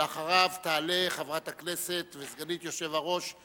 ואחריו תעלה חברת הכנסת וסגנית היושב-ראש,